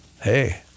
hey